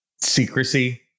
secrecy